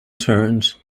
turned